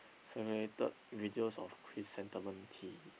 seminated videos of chrysanthemum tea